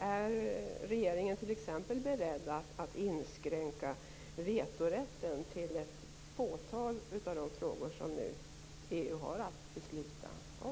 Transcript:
Är regeringen t.ex. beredd att inskränka vetorätten till ett fåtal av de frågor som EU nu har att besluta om?